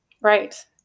Right